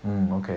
mmhmm okay